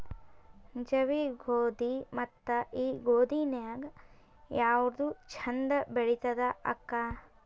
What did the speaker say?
ಜವಿ ಗೋಧಿ ಮತ್ತ ಈ ಗೋಧಿ ನ್ಯಾಗ ಯಾವ್ದು ಛಂದ ಬೆಳಿತದ ಅಕ್ಕಾ?